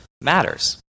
matters